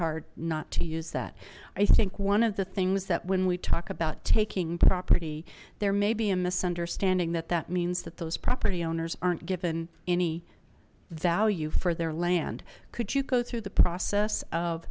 hard not to use that i think one of the things that when we talk about taking property there may be a misunderstanding that that means that those property owners aren't given any value for their land could you go through the process of